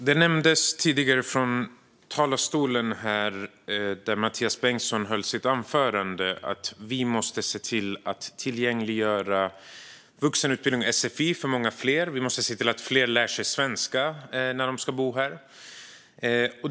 Fru talman! I sitt anförande nämnde Mathias Bengtsson att vi måste se till att tillgängliggöra vuxenutbildning och sfi för många fler. Vi måste se till att fler lär sig svenska när de ska bo här.